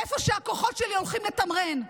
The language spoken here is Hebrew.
איפה שהכוחות שלי הולכים לתמרן.